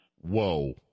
Whoa